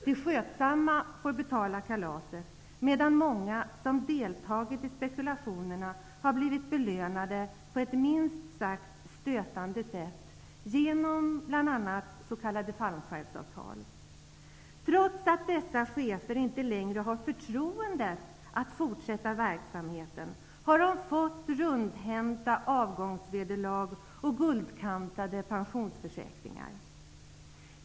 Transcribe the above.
De skötsamma får betala kalaset, medan många som deltagit i spekulationerna blivit belönade på ett minst sagt stötande sätt, exempelvis genom s.k. Trots att dessa chefer inte längre har förtroende att fortsätta verksamheten, har de fått rundhänta avgångsvederlag och guldkantade pensionsförsäkringar.